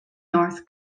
north